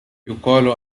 يُقال